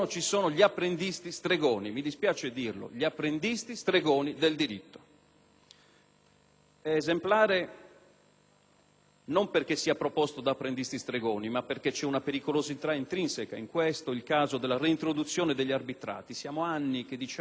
È esemplare - non perché sia proposto da apprendisti stregoni, ma perché c'è una pericolosità intrinseca in questo - il caso della reintroduzione degli arbitrati. Sono anni che diciamo che devono finire, che i magistrati devono fare i magistrati e non devono sottrarre il tempo